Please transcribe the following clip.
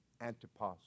Antipas